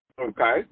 Okay